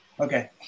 Okay